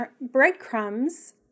breadcrumbs